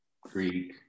Greek